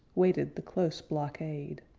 waited the close blockade